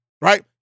right